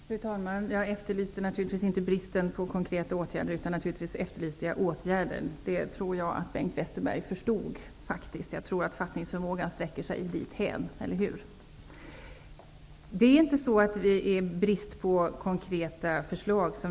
Fru talman! Jag efterlyste naturligtvis inte bristen på konkreta åtgärder, utan åtgärder. Jag tror att Bengt Westerberg förstod det -- hans fattningsförmåga sträcker sig nog dithän. Vi lider inte brist på konkreta förslag.